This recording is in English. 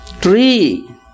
Tree